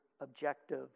objective